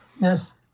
Yes